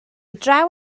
draw